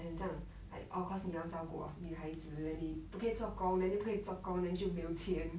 then 这样 like orh course 你要照顾 of 你孩子 then 你不可以做工 then 你不可以做工 then 就没有钱